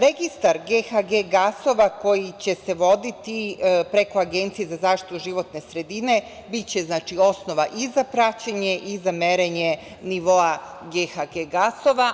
Registar GHG gasova koji će se voditi preko Agencije za zaštitu životne sredine, biće osnova i za praćenje i za merenje nivoa GHG gasova.